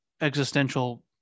existential